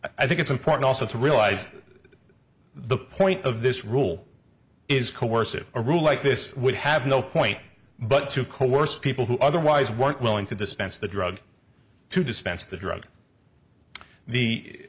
i think it's important also to realize the point of this rule is coercive a rule like this would have no point but to coerce people who otherwise weren't willing to dispense the drug to dispense the drug the